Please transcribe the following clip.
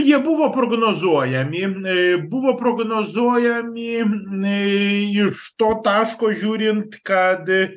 jie buvo prognozuojami ė buvo prognozuojami ei iš to taško žiūrint kad